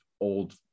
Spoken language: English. old